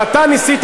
אבל אתה ניסית,